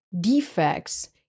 defects